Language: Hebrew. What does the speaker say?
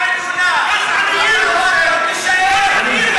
ההצעה להעביר את הצעת חוק למניעת מפגעים (תיקון,